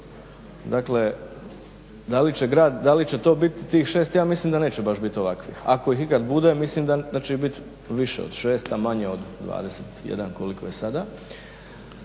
dakle da li će to biti tih 6 ja mislim da neće baš biti ovakvih. Ako ih ikad bude mislim da će ih bit više od 6, a manje od 21 koliko je sada,